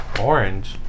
orange